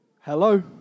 Hello